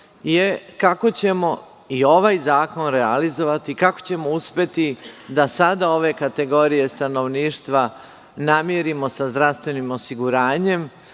je – kako ćemo i ovaj zakon realizovati, kako ćemo uspeti da sada ove kategorije stanovništva namirimo sa zdravstvenim osiguranjem?